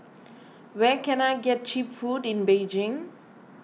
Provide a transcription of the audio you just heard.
where can I get Cheap Food in Beijing